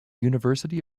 university